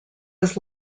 was